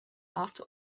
after